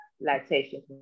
lactation